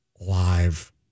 live